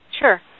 Sure